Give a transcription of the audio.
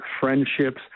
friendships